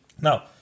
Now